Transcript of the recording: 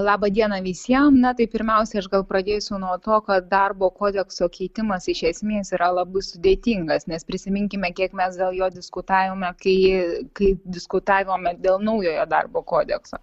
labą dieną visiem na tai pirmiausiai aš gal pradėsiu nuo to kad darbo kodekso keitimas iš esmės yra labai sudėtingas nes prisiminkime kiek mes dėl jo diskutavome kai kai diskutavome dėl naujojo darbo kodekso